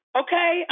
okay